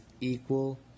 equal